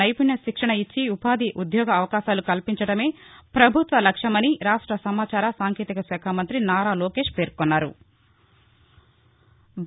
నైపుణ్య శిక్షణ ఇచ్చి ఉపాధి ఉద్యోగ అవకాశాలు కల్పించడమే ప్రభుత్వ లక్ష్యమని రాష్ట సమాచార సాంకేతిక శాఖ మంగ్రి నారా లోకేష్ పేర్కొన్నారు